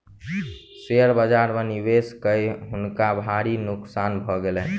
share बाजार में निवेश कय हुनका भारी नोकसान भ गेलैन